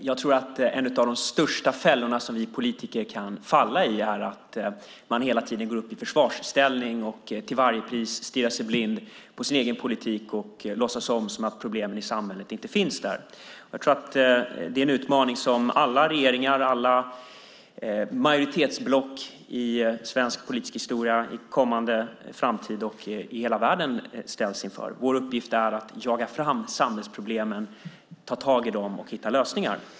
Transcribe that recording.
Fru talman! En av de största fällorna som vi politiker kan falla i är att hela tiden gå upp i försvarsställning och stirra sig blind på sin egen politik och låtsas som att problemen inte finns där. Det är en utmaning som alla regeringar och majoritetsblock i svensk politisk historia och i hela världen ställts och i kommande framtid ställs inför. Vår uppgift är att jaga fram samhällsproblemen, ta tag i dem och hitta lösningar.